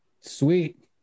Sweet